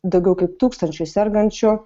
daugiau kaip tūkstančiui sergančių